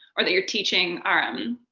or that you're teaching are, um,